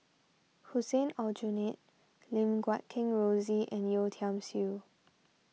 Hussein Aljunied Lim Guat Kheng Rosie and Yeo Tiam Siew